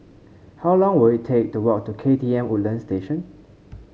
how long will it take to walk to K T M Woodland Station